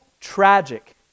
tragic